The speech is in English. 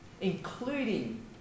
including